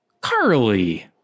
Carly